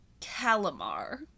Calamar